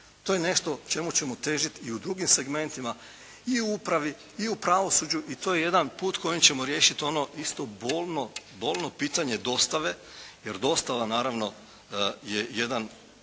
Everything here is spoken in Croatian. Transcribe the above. To je nešto čemu ćemo težiti i u drugim segmentima i u upravi i u pravosuđu. I to je jedan put kojim ćemo riješiti ono isto bolno pitanje dostave, jer dostava naravno je jedan